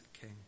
king